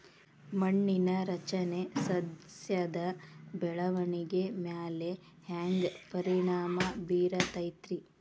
ಮಣ್ಣಿನ ರಚನೆ ಸಸ್ಯದ ಬೆಳವಣಿಗೆ ಮ್ಯಾಲೆ ಹ್ಯಾಂಗ್ ಪರಿಣಾಮ ಬೇರತೈತ್ರಿ?